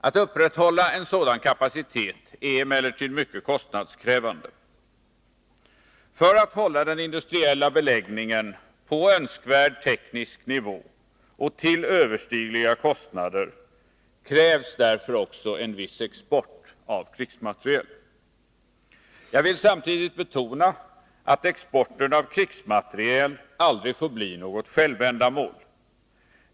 Att upprätthålla en sådan kapacitet är emellertid mycket kostnadskrävande. För att hålla den industriella beläggningen på önskvärd teknisk nivå och till överstigliga kostnader krävs därför också en viss export av krigsmateriel. Jag vill samtidigt betona att exporten av krigsmateriel aldrig får bli något självändamål.